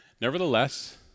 Nevertheless